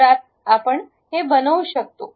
तर आत आपण हे बनवू शकतो